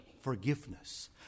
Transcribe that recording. forgiveness